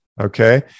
Okay